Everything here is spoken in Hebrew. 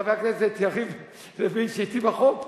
חבר הכנסת יריב לוין שאתי בחוק,